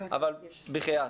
אבל בחייאת.